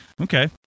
Okay